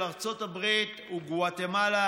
של ארצות הברית ושל גוואטמלה,